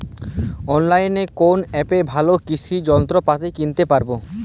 অনলাইনের কোন অ্যাপে ভালো কৃষির যন্ত্রপাতি কিনতে পারবো?